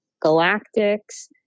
galactics